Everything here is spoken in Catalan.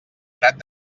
prat